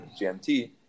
GMT